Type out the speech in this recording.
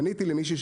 פניתי למישהי,